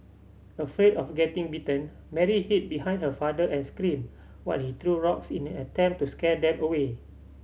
afraid of getting bitten Mary hid behind her father and screamed while he threw rocks in an attempt to scare them away